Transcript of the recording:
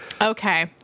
Okay